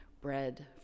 bread